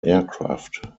aircraft